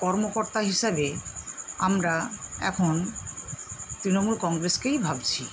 কর্মকর্তা হিসাবে আমরা এখন তৃণমূল কংগ্রেসকেই ভাবছি